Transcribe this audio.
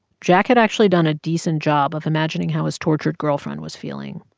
jack had actually done a decent job of imagining how his tortured girlfriend was feeling.